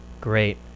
great